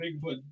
Bigfoot